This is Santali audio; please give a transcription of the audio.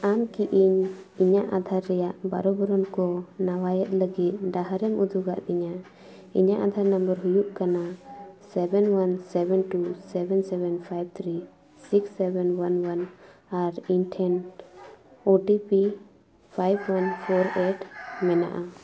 ᱟᱢ ᱠᱤ ᱤᱧ ᱤᱧᱟᱹᱜ ᱟᱫᱷᱟᱨ ᱨᱮᱭᱟᱜ ᱵᱟᱨᱳ ᱵᱚᱨᱚᱱ ᱠᱚ ᱱᱟᱣᱟᱭᱮᱜ ᱞᱟᱹᱜᱤᱫ ᱰᱟᱦᱟᱨᱮᱢ ᱩᱫᱩᱜ ᱟᱹᱫᱤᱧᱟ ᱤᱧᱟᱹᱜ ᱟᱫᱷᱟᱨ ᱱᱟᱢᱵᱟᱨ ᱦᱩᱭᱩᱜ ᱠᱟᱱᱟ seven one seven two seven seven five three six seven one one ᱟᱨ ᱤᱧ ᱴᱷᱮᱱ O T P five one four eight ᱢᱮᱱᱟᱜᱼᱟ